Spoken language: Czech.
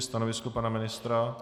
Stanovisko pana ministra?